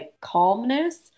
calmness